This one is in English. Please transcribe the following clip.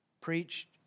preached